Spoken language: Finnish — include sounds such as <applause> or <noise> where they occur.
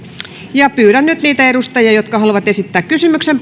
pyydän niitä edustajia jotka haluavat esittää kysymyksen <unintelligible>